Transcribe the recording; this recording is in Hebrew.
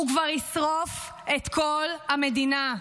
הוא כבר ישרוף את כל המדינה.